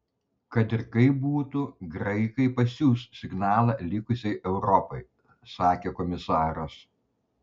kad ir kaip būtų graikai pasiųs signalą likusiai europai sakė komisaras